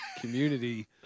community